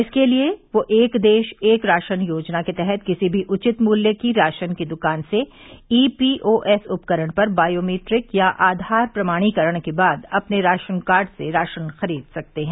इसके लिए वे एक देश एक राशन योजना के तहत किसी भी उचित मूल्य की राशन की दुकान से ईपीओएस उपकरण पर बायोमीट्रिक या आधार प्रमाणीकरण के बाद अपने राशनकार्ड से राशन खरीद सकते हैं